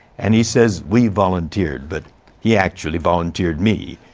and he says we volunteered, but he actually volunteered me.